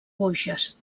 vosges